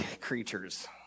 creatures